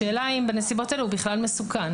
השאלה אם בנסיבות האלה הוא בכלל מסוכן.